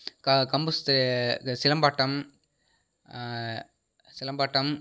க கம்பு சுற்று இந்த சிலம்பாட்டம் சிலம்பாட்டம்